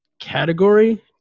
category